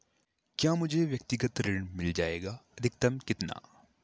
क्या मुझे व्यक्तिगत ऋण मिल जायेगा अधिकतम कितना?